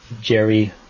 Jerry